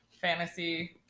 fantasy